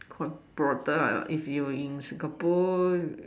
if you are in Singapore